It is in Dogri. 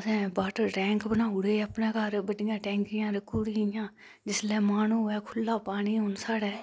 असैं वाटर टैंक बनाउड़े अपनै घर बड्डियां टैंकियां रक्खुड़ियां जिसलै मन होऐ खुल्ला पानी हून साढ़ै